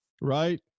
right